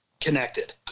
connected